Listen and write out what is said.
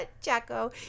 Jacko